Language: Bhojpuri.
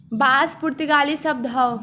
बांस पुर्तगाली शब्द हौ